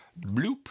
Bloop